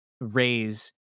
raise